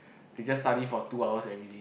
they just study for two hours everyday